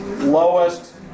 Lowest